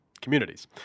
communities